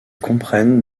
comprennent